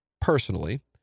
personally